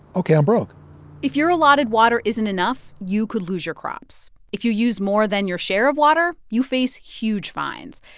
ok, i'm broke if your allotted water isn't enough, you could lose your crops. if you use more than your share of water, you face huge fines.